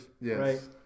Yes